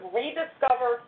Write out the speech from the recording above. rediscover